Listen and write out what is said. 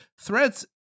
threads